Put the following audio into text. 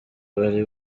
bari